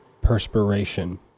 perspiration